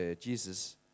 Jesus